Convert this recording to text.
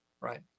Right